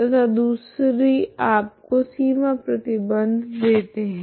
तथा दूसरी आपको सीमा प्रतिबंध u2tx00 देती है